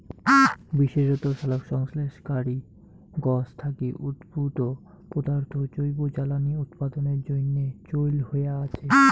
বিশেষত সালোকসংশ্লেষণকারী গছ থাকি উদ্ভুত পদার্থ জৈব জ্বালানী উৎপাদনের জইন্যে চইল হয়া আচে